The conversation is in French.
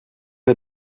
est